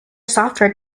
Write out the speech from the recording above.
software